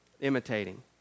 Imitating